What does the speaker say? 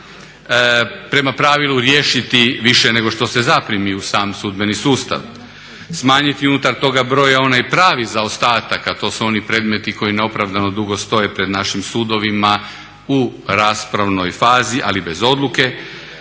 prema pravilu riješiti više nego što se zaprimi u sam sudbeni sustav. Smanjiti unutar toga broja onaj pravi zaostatak a to su oni predmeti koji neopravdano dugo stoje pred našim sudovima u raspravnoj fazi ali bez odluke.